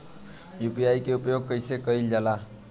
UPI के उपयोग कइसे कइल जाला?